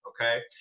okay